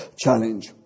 challenge